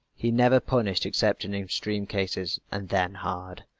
he never punished except in extreme cases, and then hard.